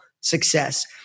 success